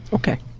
okay.